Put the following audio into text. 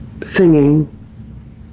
singing